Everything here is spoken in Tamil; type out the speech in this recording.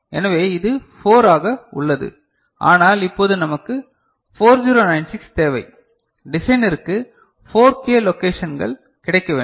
எனவே இது 4 ஆக உள்ளது ஆனால் இப்போது நமக்கு 4096 தேவை டிசைனருக்கு 4K லொகேஷன்கள் கிடைக்க வேண்டும்